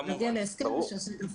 להסכם.